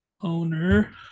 owner